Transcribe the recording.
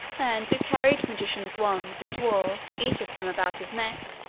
and who carried magicians' wands, and wore, each of them, about his neck,